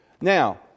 Now